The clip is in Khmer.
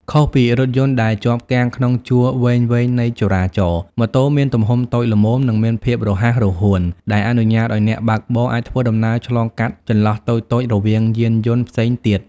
ខុសពីរថយន្តដែលជាប់គាំងក្នុងជួរវែងៗនៃចរាចរណ៍ ម៉ូតូមានទំហំតូចល្មម និងមានភាពរហ័សរហួន ដែលអនុញ្ញាតឱ្យអ្នកបើកបរអាចធ្វើដំណើរឆ្លងកាត់ចន្លោះតូចៗរវាងយានយន្តផ្សេងទៀត។